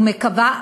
ומקווה,